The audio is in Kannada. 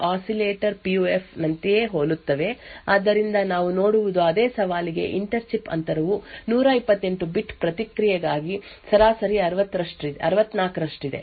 ಆದ್ದರಿಂದ ಫಲಿತಾಂಶಗಳು ರಿಂಗ್ ಆಸಿಲೇಟರ್ ಪಿಯುಎಫ್ ನಂತೆಯೇ ಹೋಲುತ್ತವೆ ಆದ್ದರಿಂದ ನಾವು ನೋಡುವುದು ಅದೇ ಸವಾಲಿಗೆ ಇಂಟರ್ ಚಿಪ್ ಅಂತರವು 128 ಬಿಟ್ ಪ್ರತಿಕ್ರಿಯೆಗಾಗಿ ಸರಾಸರಿ 64 ರಷ್ಟಿದೆ